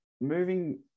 moving